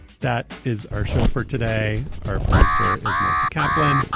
that is our show for today. our producer is morris kaplan.